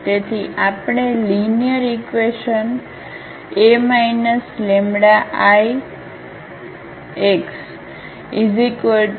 તેથી આપણે linear equation A λIx0